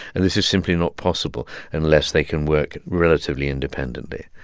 and this is simply not possible unless they can work relatively independently.